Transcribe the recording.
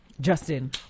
Justin